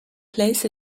plays